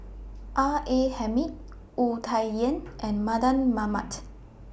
R A Hamid Wu Tsai Yen and Mardan Mamat